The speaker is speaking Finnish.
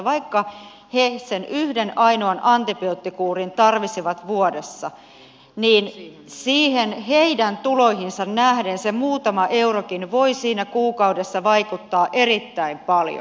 vaikka he sen yhden ainoan antibioottikuurin tarvitsisivat vuodessa niin heidän tuloihinsa nähden se muutama eurokin voi siinä kuukaudessa vaikuttaa erittäin paljon